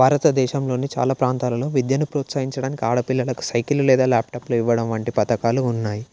భారతదేశంలోని చాలా ప్రాంతాలలో విద్యను ప్రోత్సహించడానికి ఆడపిల్లలకు సైకిలు లేదా ల్యాప్టాప్లు ఇవ్వడం వంటి పథకాలు ఉన్నాయి